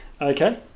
Okay